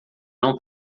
não